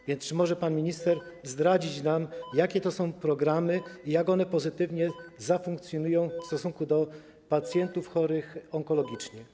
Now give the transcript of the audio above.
A więc czy może pan minister zdradzić nam, jakie to są programy i jak one pozytywnie zafunkcjonują w stosunku do pacjentów chorych onkologicznie?